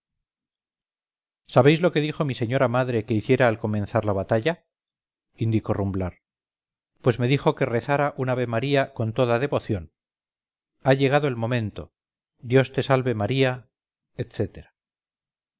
sabéis lo que dijo mi señora madre que hiciera al comenzar la batalla indicó rumblar pues me dijo que rezara un ave-maría con toda devoción ha llegado el momento dios te salve maría